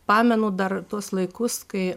pamenu dar tuos laikus kai